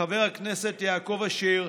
חבר הכנסת יעקב אשר,